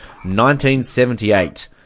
1978